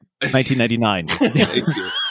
1999